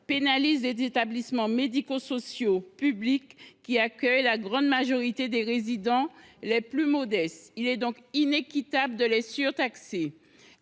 pénalise toutefois les établissements sociaux et médico sociaux publics qui accueillent la grande majorité des résidents les plus modestes et il est inéquitable de les surtaxer.